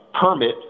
permit